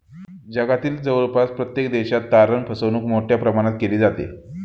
जगातील जवळपास प्रत्येक देशात तारण फसवणूक मोठ्या प्रमाणात केली जाते